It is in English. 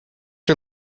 her